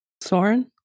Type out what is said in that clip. Soren